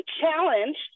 challenged